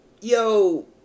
Yo